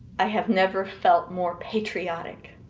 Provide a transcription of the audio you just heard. i have never felt more patriotic,